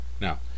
Now